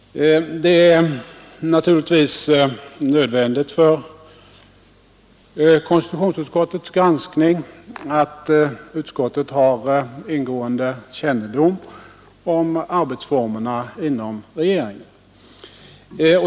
Det är naturligtvis nödvändigt för konstitutionsutskottets granskning, att utskottet har ingående kännedom om arbetsformerna inom regeringen.